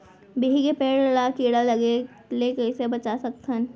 बिही के पेड़ ला कीड़ा लगे ले कइसे बचा सकथन?